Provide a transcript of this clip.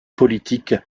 politique